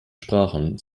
sprachen